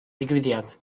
digwyddiad